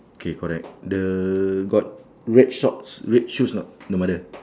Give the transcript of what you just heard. K correct the got red shorts red shoes or not the mother